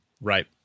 right